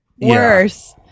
worse